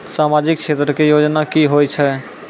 समाजिक क्षेत्र के योजना की होय छै?